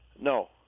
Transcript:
No